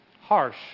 Harsh